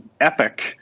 epic